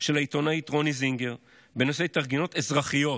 תחקיר של העיתונאית רוני זינגר בנושא התארגנויות אזרחיות,